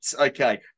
okay